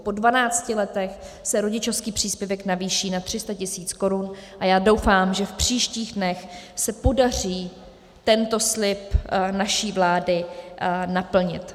Po dvanácti letech se rodičovský příspěvek navýší na 300 tis. Kč a já doufám, že v příštích dnech se podaří tento slib naší vlády naplnit.